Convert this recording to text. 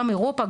גם אירופה,